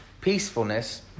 peacefulness